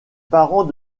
parents